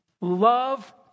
Love